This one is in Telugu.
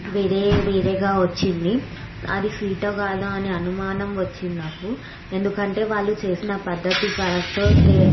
వేరే వేరేగా వచ్చింది అది ఫీటో కాదో అనే అనుమానం వచ్చింది నాకు ఎందుకంటే వాళ్ళు చేసిన పద్ధతి కరెక్టో తె